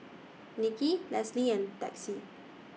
Nicki Lisle and Texie